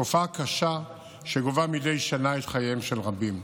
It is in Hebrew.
תופעה קשה שגובה מדי שנה את חייהם של רבים,